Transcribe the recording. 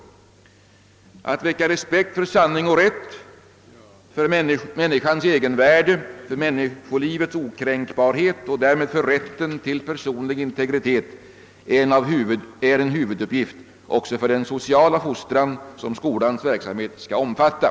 Att väcka respekt för sanning och rätt, för människans egenvärde, för människolivets okränkbarhet och därmed för rätten till personlig integritet är en huvuduppgift också för den sociala fostran som skolans verksamhet skall omfatta.